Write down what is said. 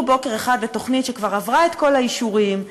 בוקר אחד לתוכנית שעברה את כל האישורים,